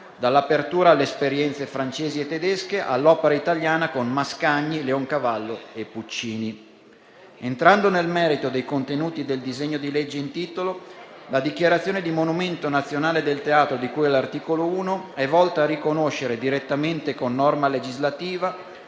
dall'apertura alle esperienze francesi e tedesche all'opera italiana con Mascagni, Leoncavallo e Puccini. Entrando nel merito dei contenuti del disegno di legge in titolo, la dichiarazione di monumento nazionale del Teatro, di cui all'articolo 1, è volta a riconoscere, direttamente con norma legislativa,